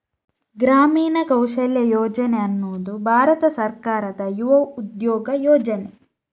ಗ್ರಾಮೀಣ ಕೌಶಲ್ಯ ಯೋಜನೆ ಅನ್ನುದು ಭಾರತ ಸರ್ಕಾರದ ಯುವ ಉದ್ಯೋಗ ಯೋಜನೆ